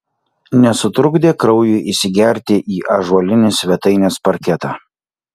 nesutrukdė kraujui įsigerti į ąžuolinį svetainės parketą